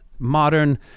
modern